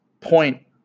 point